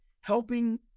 helping